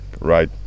right